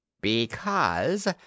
Because